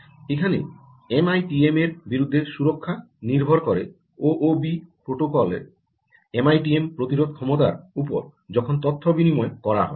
এখানে এমআইটিএম এর বিরুদ্ধে সুরক্ষা নির্ভর করে ও ও বি প্রোটোকলের এমআইটিএম প্রতিরোধ ক্ষমতার উপর যখন তথ্য বিনিময় করা হয়